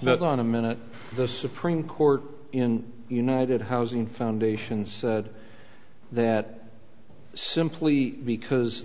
met on a minute the supreme court in united housing foundation said that simply because